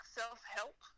self-help